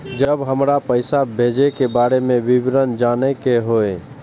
जब हमरा पैसा भेजय के बारे में विवरण जानय के होय?